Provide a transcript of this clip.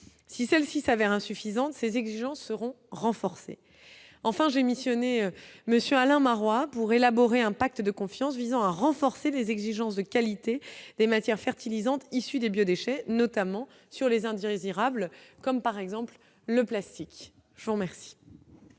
si celles-ci s'avèrent insuffisantes ces exigences seront renforcés, enfin j'ai missionné monsieur Alain Marois pour élaborer un pacte de confiance visant à renforcer les exigences de qualité des matière fertilisante issus des biodéchets notamment sur les Indiens désirable comme par exemple le le plastique fort merci.